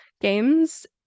games